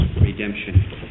redemption